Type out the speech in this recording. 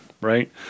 right